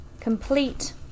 Complete